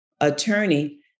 attorney